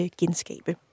genskabe